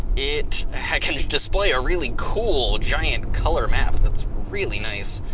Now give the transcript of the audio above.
it can display a really cool giant color map, that's really nice.